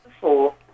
Four